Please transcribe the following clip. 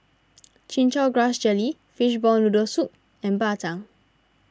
Chin Chow Grass Jelly Fishball Noodle Soup and Bak Chang